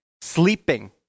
sleeping